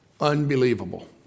unbelievable